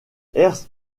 ernst